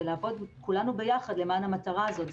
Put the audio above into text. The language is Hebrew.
ולעבוד כולנו ביחד למען המטרה הזאת.